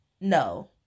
no